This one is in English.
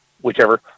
whichever